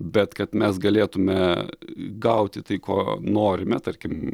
bet kad mes galėtume gauti tai ko norime tarkim